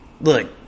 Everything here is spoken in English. look